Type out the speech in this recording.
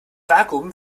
vakuum